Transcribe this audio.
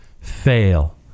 fail